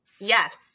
Yes